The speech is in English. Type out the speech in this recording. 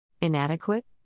Inadequate